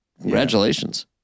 Congratulations